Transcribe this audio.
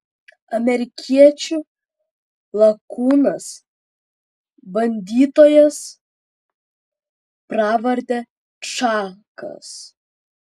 amerikiečių lakūnas bandytojas pravarde čakas